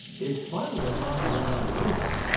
it's funny as long as everybody lives.